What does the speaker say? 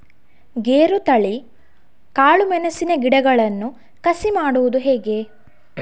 ಗೇರುತಳಿ, ಕಾಳು ಮೆಣಸಿನ ಗಿಡಗಳನ್ನು ಕಸಿ ಮಾಡುವುದು ಹೇಗೆ?